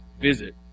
visit